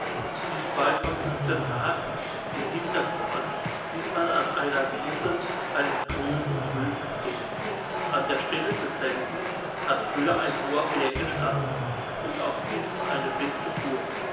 nicht weit von uchtenhagen in hinterpommern sieht man an einer wiese einen großen trüben sumpf an der stelle desselben hat früher ein hoher berg gestanden und auf diesem eine feste burg